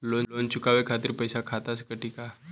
Loan चुकावे खातिर पईसा खाता से कटी का?